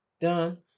done